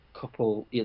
couple